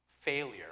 failure